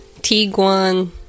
Tiguan